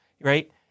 right